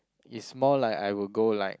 is more like I will go like